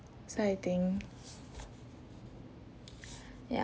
so I think ya